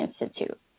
Institute